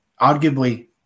arguably